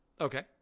Okay